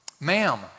Ma'am